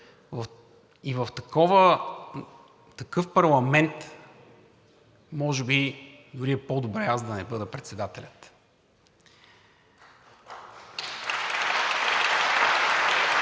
И в такъв парламент може би дори е по-добре аз да не бъда председателят.